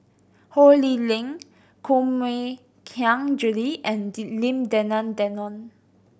Ho Lee Ling Koh Mui Hiang Julie and Lim Denan Denon